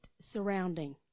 surrounding